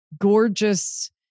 gorgeous